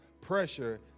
pressure